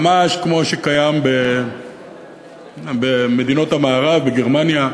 ממש כמו שקיים במדינות המערב, בגרמניה,